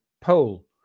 poll